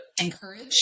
encourage